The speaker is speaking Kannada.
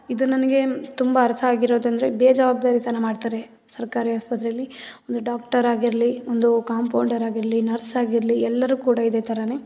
ಇದು ನನ್ಗೆ ತುಂಬ ಅರ್ಥ ಆಗಿರೋದಂದರೆ ಬೇಜವಾಬ್ದಾರಿತನ ಮಾಡ್ತಾರೆ ಸರ್ಕಾರಿ ಆಸ್ಪತ್ರೆಯಲ್ಲಿ ಒಂದು ಡಾಕ್ಟರ್ ಆಗಿರಲಿ ಒಂದು ಕಾಂಪೌಂಡರ್ ಆಗಿರಲಿ ನರ್ಸ್ ಆಗಿರಲಿ ಎಲ್ಲರು ಕೂಡ ಇದೇ ಥರನೇ